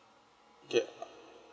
okay